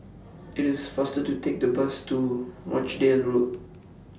IT IS faster to Take The Bus to Rochdale Road